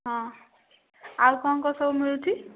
ହଁ ଆଉ କ'ଣ କ'ଣ ସବୁ ମିଳୁଛି